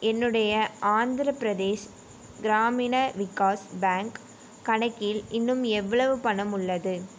என்னுடைய ஆந்திரப்பிரதேஷ் கிராமினா விகாஸ் பேங்க் கணக்கில் இன்னும் எவ்வளவு பணம் உள்ளது